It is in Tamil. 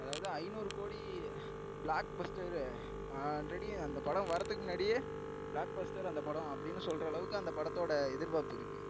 அதாவது ஐந்நூறு கோடி பிளாக்பஸ்ட்ரு ஆல்ரெடி அந்தப் படம் வரதுக்கு முன்னாடியே பிளாக்பஸ்டர் அந்தப் படம் அப்படின்னு சொல்கிற அளவுக்கு அந்தப் படத்தோடய எதிர்பார்ப்பு இருக்குது